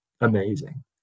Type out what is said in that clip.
amazing